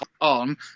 On